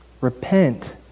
repent